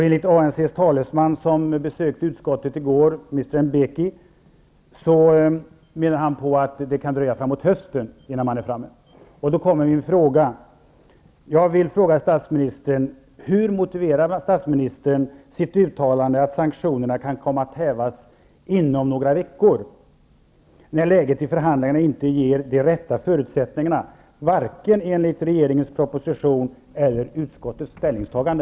Enligt ANC:s talesman, som besökte utskottet i går, kan det dröja fram mot hösten innan man kommit så långt. Hur motiverar statsministern sitt uttalande att sanktionerna kan komma att hävas inom några veckor, när läget i förhandlingarna inte ger de rätta förutsättningarna enligt regeringens proposition eller utskottets ställningstagande?